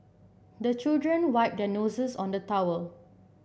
the children wipe their noses on the towel